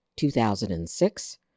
2006